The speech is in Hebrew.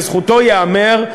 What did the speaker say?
לזכותו ייאמר,